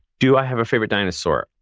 do i have a favorite dinosaur?